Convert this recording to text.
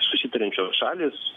susitariančios šalys